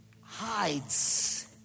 hides